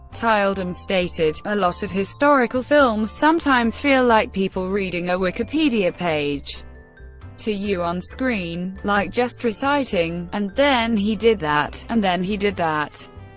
tyldum stated a lot of historical films sometimes feel like people reading a wikipedia page to you onscreen, like just reciting and then he did that, and then he did that,